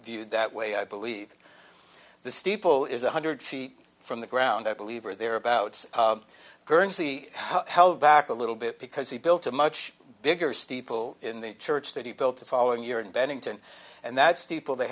viewed that way i believe the steeple is one hundred feet from the ground i believe or thereabouts guernsey held back a little bit because he built a much bigger steeple in the church that he built the following year in bennington and that steeple th